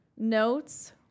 Notes